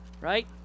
right